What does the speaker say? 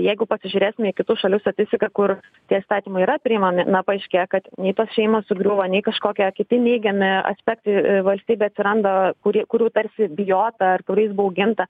jeigu pasižiūrėsime į kitų šalių statistiką kur tie įstatymai yra priimami na paaiškėja kad nei tos šeimos sugriūva nei kažkokie kiti neigiami aspektai valstybėj atsiranda kurie kurių tarsi bijota ar kuriais bauginta